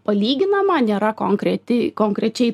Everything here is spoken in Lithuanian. palyginama nėra konkreti konkrečiai